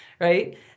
right